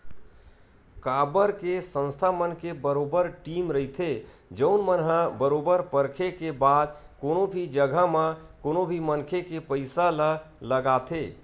काबर के संस्था मन के बरोबर टीम रहिथे जउन मन ह बरोबर परखे के बाद कोनो भी जघा म कोनो भी मनखे के पइसा ल लगाथे